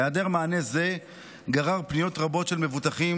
היעדר מענה זה גרר פניות רבות של מבוטחים